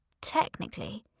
technically